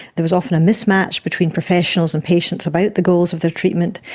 there was often a mismatch between professionals and patients about the goals of their treatment.